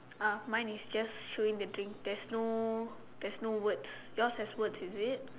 ah mine is just showing the drink there's no there's no words your has words is it